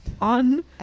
on